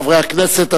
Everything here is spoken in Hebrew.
חברי הכנסת,